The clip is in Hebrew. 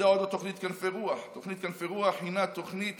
מידע על אודות תוכנית כנפי רוח: תוכנית כנפי רוח הינה תוכנית